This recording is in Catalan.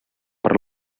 per